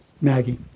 Maggie